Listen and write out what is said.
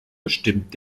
bestimmt